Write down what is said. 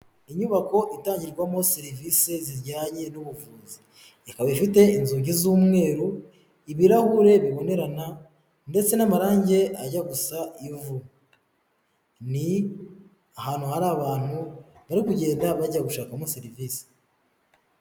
Inyubako itangirwamo serivise zijyanye n'ubuvuzi, ikaba ifite inzugi z'umweru, ibirahure bibonerana ndetse n'amarangi ajya gusa ivu, ni ahantu hari abantu bari kugenda bajya gushakamo serivire.